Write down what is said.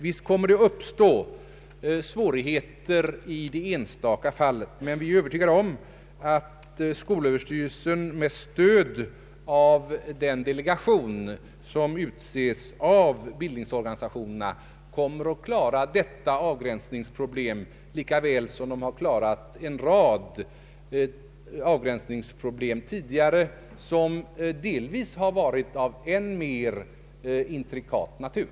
Visst kommer svårigheter att uppstå i det enstaka fallet, men vi är Öövertygade om att skolöverstyrelsen med stöd av den delegation som utses av bildningsorganisationerna kommer att klara detta avgränsningsproblem lika väl som man har klarat en rad avgränsningsproblem tidigare, vilka delvis varit av en än mer intrikat natur.